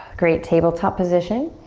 great, tabletop position.